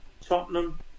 Tottenham